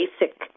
basic